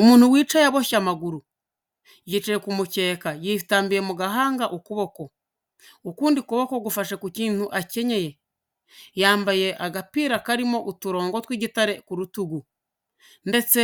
Umuntu wicaye aboshye amaguru yicaye ku mukeka, yitambiye mu gahanga ukuboko ukundi kuboko gufashe ku kintu akenye. Yambaye agapira karimo uturongo tw'igitare ku rutugu ndetse